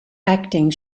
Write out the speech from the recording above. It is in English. acting